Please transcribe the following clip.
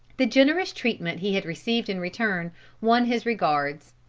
the generous treatment he had received in return won his regards.